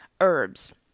herbs